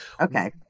Okay